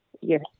Yes